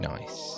Nice